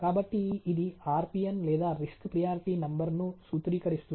కాబట్టి ఇది RPN లేదా రిస్క్ ప్రియారిటీ నంబర్ను సూత్రీకరిస్తుంది